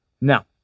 Now